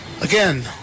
Again